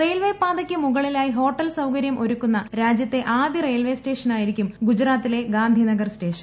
റെയിൽവേപാതയ്ക്ക് മുകളിലായി ഹോട്ടൽ സൌകര്യം ഒരുക്കുന്ന രാജ്യത്തെ ആദ്യ റെയിൽവേ സ്റ്റേഷനായരിക്കും ഗുജറാത്തിലെ ഗാന്ധിനഗർ സ്റ്റേഷൻ